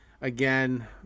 Again